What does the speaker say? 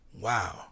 wow